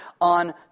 on